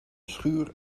schuur